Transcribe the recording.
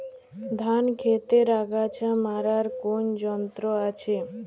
ধান ক্ষেতের আগাছা মারার কোন যন্ত্র আছে?